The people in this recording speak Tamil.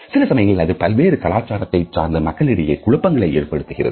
சில சமயங்களில் அது பல்வேறு கலாச்சாரத்தை சார்ந்த மக்களிடையே குழப்பங்களையும் ஏற்படுத்துகிறது